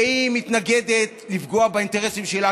והיא מתנגדת לפגוע באינטרסים שלה,